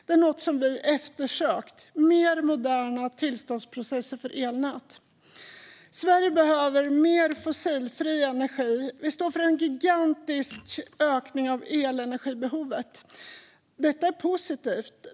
Mer moderna tillståndsprocesser för elnät är något som vi har eftersökt. Sverige behöver mer fossilfri energi. Vi står inför en gigantisk ökning av elenergibehovet. Detta är positivt.